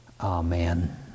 Amen